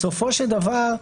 בסופו של דבר,